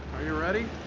are you ready?